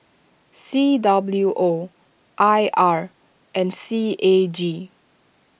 C W O I R and C A G